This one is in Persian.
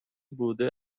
بوده